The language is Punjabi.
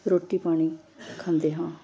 ਰੋਟੀ ਪਾਣੀ ਖਾਂਦੇ ਹਾਂ